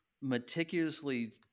meticulously